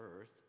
earth